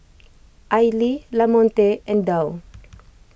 Aili Lamonte and Dow